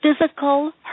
physical